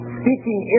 speaking